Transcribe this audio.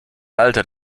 alter